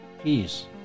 peace